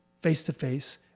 face-to-face